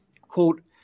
quote